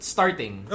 Starting